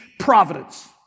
providence